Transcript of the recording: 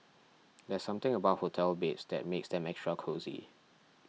there's something about hotel beds that makes them extra cosy